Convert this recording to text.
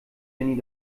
jenny